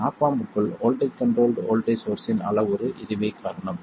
app ஆம்ப்க்குள் voltage controlled voltage source இன் அளவுரு இதுவே காரணம்